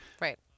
right